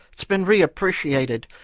it's been reappreciated.